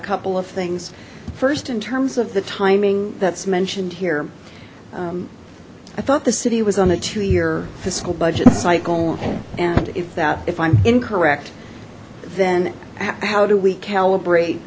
a couple of things first in terms of the timing that's mentioned here i thought the city was on a two year fiscal budget cycle and if that if i'm incorrect then how do we calibrate